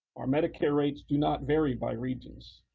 our medicare rates do not vary by regions.